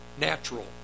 natural